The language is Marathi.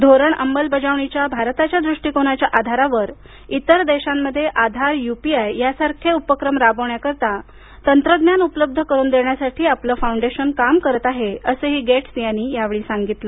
धोरण अंमलबजावणीच्या भारताच्या दृष्टीकोनाच्या आधारावर इतर देशांमध्ये आधार युपीआय सारखे उपक्रम राबवण्यासाठी तंत्रज्ञान उपलब्ध करून देण्याकरता आपलं फाऊंडेशन काम करत आहे असं गेटस यांनी सांगितलं